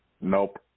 Nope